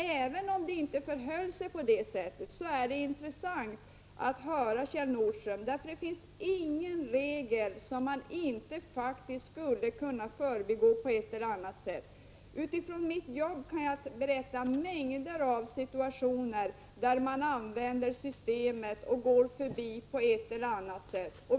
Även om det inte förhöll sig så, är det intressant att höra vad Kjell Nordström säger. Det finns faktiskt ingen regel som man inte skulle kunna gå förbi på ett eller annat sätt. Jag kan från mitt jobb berätta om mängder av situationer där man utnyttjar systemet och kringgår regler på ett eller annat sätt.